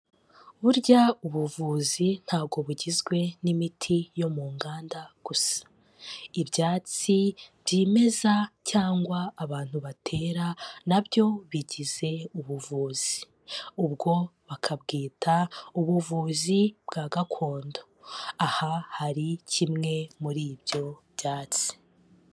Burya ubuvuzi ntabwo bugizwe n'imiti yo mu nganda gusa, ibyatsi byimeza cyangwa abantu batera nabyo bigize ubuvuzi, ubwo bakabwita ubuvuzi bwa gakondo. Aha hari kimwe muri ibyo byatsi.